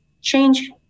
change